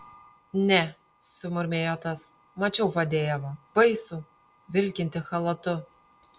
ne sumurmėjo tas mačiau fadejevą baisų vilkintį chalatu